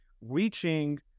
reaching